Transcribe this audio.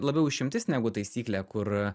labiau išimtis negu taisyklė kur